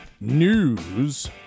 News